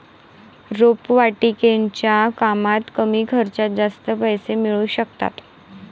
रोपवाटिकेच्या कामात कमी खर्चात जास्त पैसे मिळू शकतात